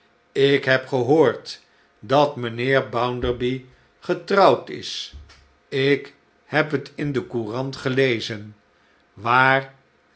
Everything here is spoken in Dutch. ik heb gehoord dat mijnheer bounderby getrouwd is ik heb het in de courant gelezen waar